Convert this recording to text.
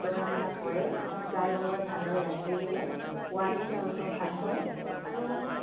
দৌৰা মেলা কৰে গাইগৰুৱে ভালদৰে গাখীৰ দিয়ে পোৱালিও তেওঁলোকৰ ভাল হয় আৰু